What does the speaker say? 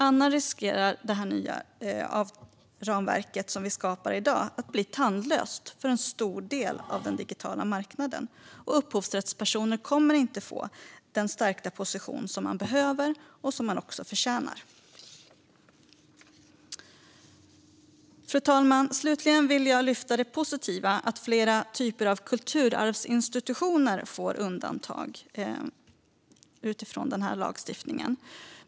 Annars riskerar det nya ramverk som vi skapar i dag att bli tandlöst för en stor del av den digitala marknaden, och upphovsrättspersoner kommer inte att få den stärkta position som de behöver och också förtjänar. Fru talman! Slutligen vill jag lyfta fram det positiva, att flera typer av kulturarvsinstitutioner får undantag utifrån denna lagstiftning.